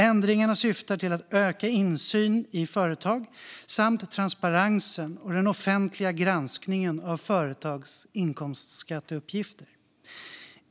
Ändringarna syftar till att öka insynen i företag samt transparensen och den offentliga granskningen av företags inkomstskatteuppgifter.